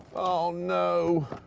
oh no!